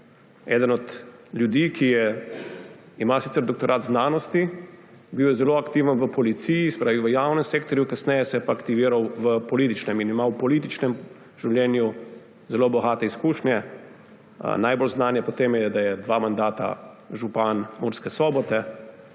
eden od ljudi, ki ima sicer doktorat znanosti, bil je zelo aktiven v policiji, se pravi v javnem sektorju, kasneje se je pa aktiviral v političnem prostoru in ima v političnem življenju zelo bogate izkušnje. Najbolj znan je po tem, da je dva mandata župan Murske Sobote,